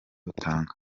utanga